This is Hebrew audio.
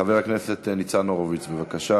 חבר הכנסת ניצן הורוביץ, בבקשה.